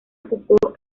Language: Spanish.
ocupó